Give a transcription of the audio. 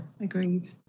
agreed